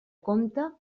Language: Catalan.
compte